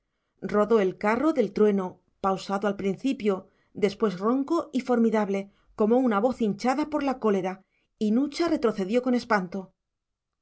rodó el carro del trueno pausado al principio después ronco y formidable como una voz hinchada por la cólera y nucha retrocedió con espanto